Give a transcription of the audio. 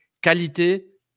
qualité